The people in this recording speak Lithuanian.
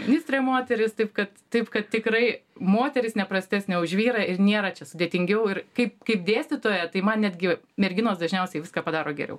ministrė moteris taip kad taip kad tikrai moteris neprastesnė už vyrą ir nėra čia sudėtingiau ir kaip kaip dėstytoja tai man netgi merginos dažniausiai viską padaro geriau